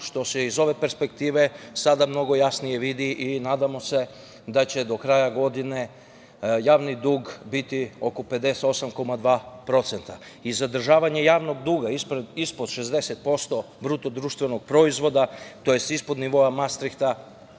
što se iz ove perspektive sada mnogo jasnije vidi. Nadamo se da će do kraja godine javni dug biti oko 58,2%. Zadržavanje javnog duga ispod 60% BDP, tj. ispod nivoa mastrihta,